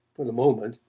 for the moment,